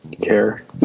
care